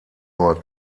nur